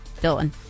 Dylan